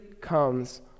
comes